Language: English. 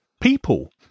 people